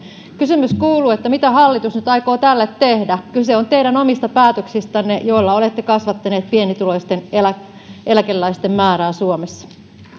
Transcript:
kysymys kuuluu mitä hallitus aikoo tälle nyt tehdä kyse on teidän omista päätöksistänne joilla olette kasvattaneet pienituloisten eläkeläisten määrää suomessa